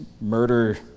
murder